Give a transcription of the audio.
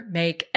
make